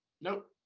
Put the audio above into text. nope